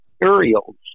materials